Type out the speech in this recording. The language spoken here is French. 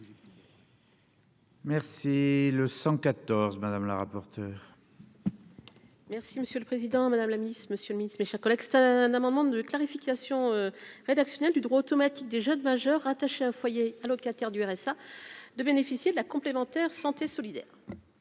Merci le 114 madame la rapporteure. Merci monsieur le Président, Madame la Ministre, Monsieur le Ministre, mes chers collègues, c'est un amendement de clarification rédactionnelle du droit automatique des jeunes majeurs rattachés à foyers allocataires du RSA de bénéficier de la complémentaire santé solidaire.